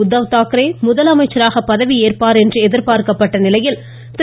உத்தவ் தாக்கரே முதலமைச்சராக பதவியேற்பார் என்று எதிர்பார்க்கப்பட்ட நிலையில் திரு